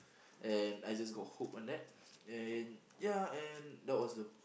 and I just got hooked on that and ya and that was the